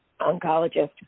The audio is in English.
oncologist